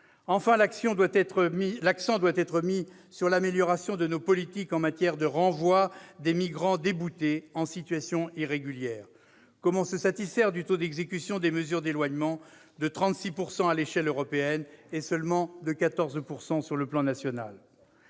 Enfin, l'accent doit être mis sur l'amélioration de nos politiques en matière de renvoi des migrants déboutés en situation irrégulière. Comment se satisfaire d'un taux d'exécution des mesures d'éloignement de 36 % à l'échelle européenne et de 14 % seulement au plan national ?